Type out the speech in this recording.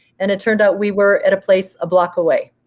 and it turned out we were at a place a block away.